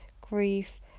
grief